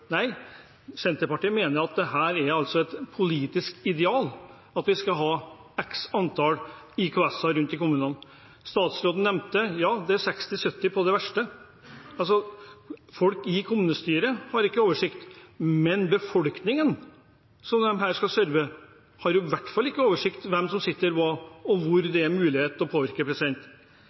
Nei, Senterpartiet mener at dette er et politisk ideal, at vi skal ha x antall IKS-er rundt i kommunene. Statsråden nevnte at det er 60–70 på det verste. Folk i kommunestyret har ikke oversikt, og befolkningen som de skal serve, har i hvert fall ingen oversikt over hvem som sitter hvor, og hvor